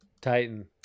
Titan